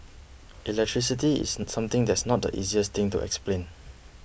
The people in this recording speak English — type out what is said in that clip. electricity is something that's not the easiest thing to explain